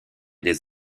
des